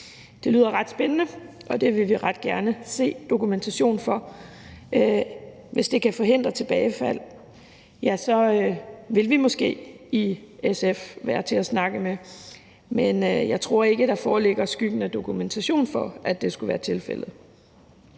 Det lyder ret spændende, og det vil vi ret gerne se dokumentation for, og hvis det kan forhindre tilbagefald, vil vi måske i SF være til at snakke med. Men jeg tror ikke, at der foreligger skyggen af dokumentation for, at det skulle være tilfældet.